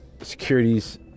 securities